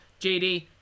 JD